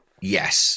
Yes